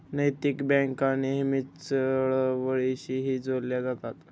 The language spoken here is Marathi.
नैतिक बँका नेहमीच चळवळींशीही जोडल्या जातात